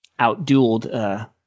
out-dueled